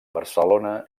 barcelona